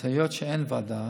היות שאין ועדה